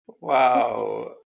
Wow